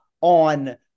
on –